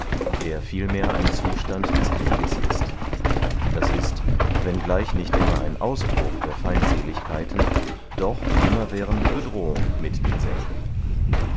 der vielmehr ein zustand des krieges ist d i wenn gleich nicht immer ein ausbruch der feindseligkeiten doch immerwährende bedrohung mit denselben